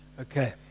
Okay